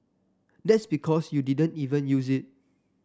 that's because you didn't even use it